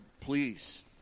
please